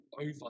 over